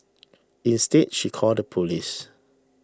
instead she called the police